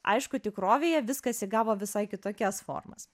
aišku tikrovėje viskas įgavo visai kitokias formas